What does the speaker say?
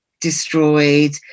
destroyed